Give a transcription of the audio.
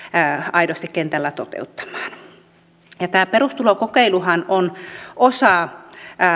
aidosti kentällä toteuttamaan tämä perustulokokeiluhan on osa